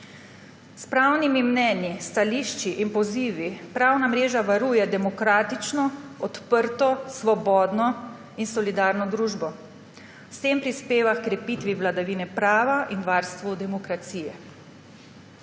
S pravnimi mnenji, stališči in pozivi Pravna mreža varuje demokratično, odprto, svobodno in solidarno družbo. S tem prispeva h krepitvi vladavine prava in varstvu demokracije.«